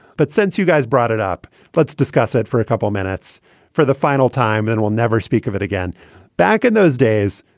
but since you guys brought it up, let's discuss it for a couple minutes for the final time and we'll never speak of it again back in those days.